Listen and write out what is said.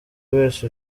wese